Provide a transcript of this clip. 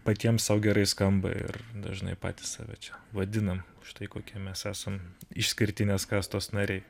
patiems sau gerai skamba ir dažnai patys save čia vadinam štai kokie mes esam išskirtinės kastos nariai